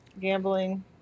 gambling